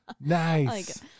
nice